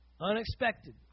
Unexpected